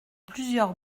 plusieurs